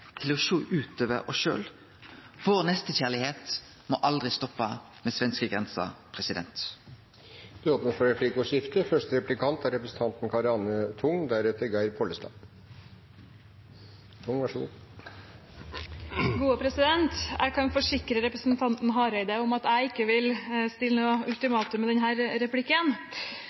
til å sjå utover oss sjølve. Vår nestekjærleik må aldri stoppe ved svenskegrensa. Det blir replikkordskifte. Jeg kan forsikre representanten Hareide om at jeg ikke vil stille noe ultimatum i denne replikken.